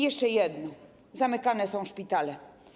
Jeszcze jedno: zamykane są szpitale.